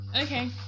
okay